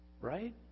Right